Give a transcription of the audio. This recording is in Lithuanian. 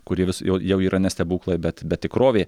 kurie vis jau jau yra ne stebuklai bet bet tikrovė